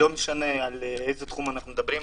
לא משנה על איזה תחום אנחנו מדברים,